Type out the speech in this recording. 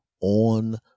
on